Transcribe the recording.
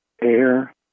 air